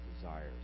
desires